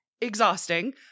exhausting